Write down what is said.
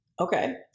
Okay